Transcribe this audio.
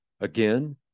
Again